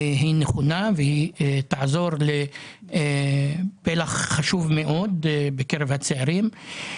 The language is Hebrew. היא נכונה והיא תעזור לפלח חשוב מאוד בקרב הצעירים.